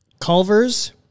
Culver's